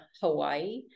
Hawaii